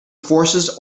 forces